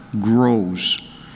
grows